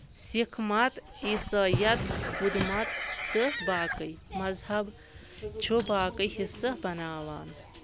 سکھ مت عیسٲئیت بٗدھ مت تہٕ باقی مذہب چُھ باقی حصہٕ بَناوان